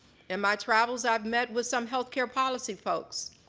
in my travels, i've net with some healthcare policy folks,